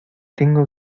tengo